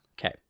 Okay